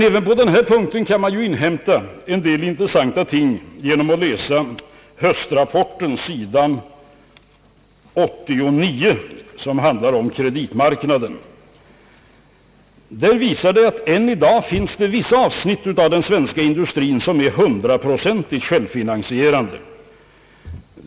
Även på den punkten kan man inhämta en del intressanta ting genom att läsa höstrapporten, sidan 89, som handlar om kreditmarknaden. Konjunkturinstitutets rapport visar att än i dag finns det vissa avsnitt av den svenska industrin som är 100-procentigt självfinansierade.